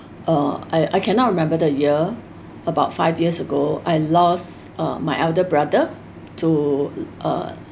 uh I I cannot remember the year about five years ago I lost uh my elder brother to uh